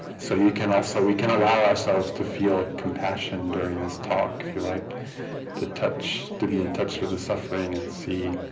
so you can we can allow ourselves to feel compassion during this talk you like to touch to be in touch with the suffering. and see